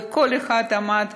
וכל אחד עמד